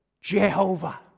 Jehovah